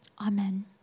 Amen